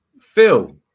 Phil